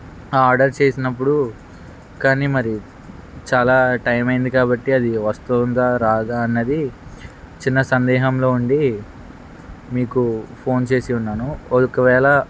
ఆ ఆర్డర్ చేసినప్పుడు కానీ మరి చాలా టైమ్ అయింది కాబట్టి అది వస్తుందా రాదా అన్నది చిన్న సందేహంలో ఉండి మీకు ఫోన్ చేసియున్నాను ఒకవేళ